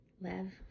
Lev